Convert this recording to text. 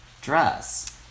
dress